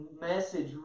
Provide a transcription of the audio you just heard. message